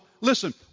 listen